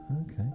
Okay